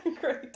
Great